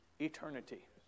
eternity